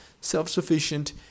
self-sufficient